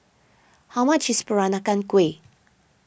how much is Peranakan Kueh